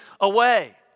away